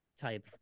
type